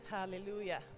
hallelujah